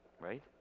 Right